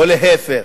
או להיפך.